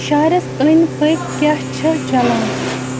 شہرس أندۍ پٔکۍ کیٛاہ چھُ چلان